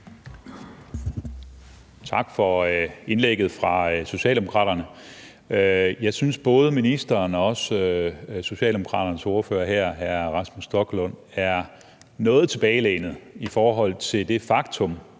Tak for indlægget fra Socialdemokraterne. Jeg synes, at både ministeren og Socialdemokraternes ordfører er noget tilbagelænede i forhold til det faktum,